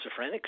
schizophrenics